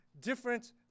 different